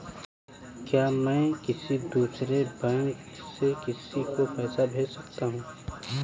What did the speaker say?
क्या मैं किसी दूसरे बैंक से किसी को पैसे भेज सकता हूँ?